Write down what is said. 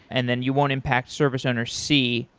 and then you won't impact service owner c.